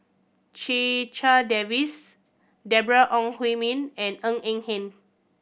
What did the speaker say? Checha Davies Deborah Ong Hui Min and Ng Eng Hen